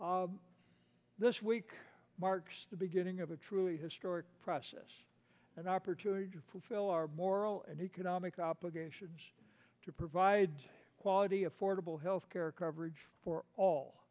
is week marks the beginning of a truly historic process an opportunity to fulfill our moral and economic up again to provide quality affordable health care coverage for all